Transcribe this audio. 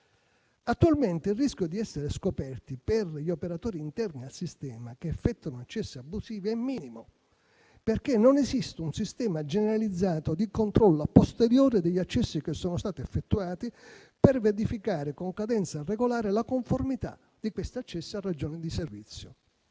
Attualmente il rischio di essere scoperti, per gli operatori interni al sistema che effettuano accessi abusivi, è minimo, perché non esiste un sistema generalizzato di controllo a posteriori degli accessi che sono stati effettuati, per verificare con cadenza regolare la conformità di questi accessi a ragioni di servizio.